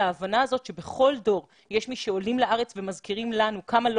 ההבנה הזאת שבכל דור יש מי שעולים לארץ ומזכירים לנו כמה לא